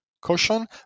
caution